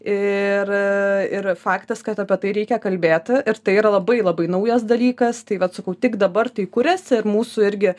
ir a ir faktas kad apie tai reikia kalbėti ir tai yra labai labai naujas dalykas tai vat sakau tik dabar tai kuriasi ir mūsų irgi